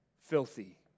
filthy